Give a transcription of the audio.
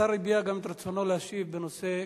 השר הביע גם את רצונו להשיב בנושא קשישים.